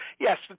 Yes